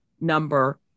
number